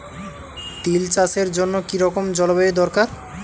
তিল চাষের জন্য কি রকম জলবায়ু দরকার?